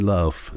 Love